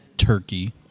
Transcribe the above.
turkey